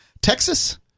Texas